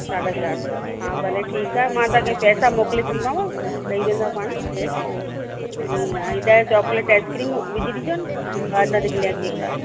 साढा चारि सौ हा भले ठीकु आ मां तव्हांखे पैसा मोकिले छॾदीमाव ॾई वेंदो पाण कैश ऐं ॾह चॉकलेट आइस्क्रीम विझी ॾिजोन ऐं ॿ अधि अधि किले जा केक